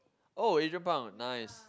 oh Adrian-Pang nice